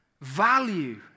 value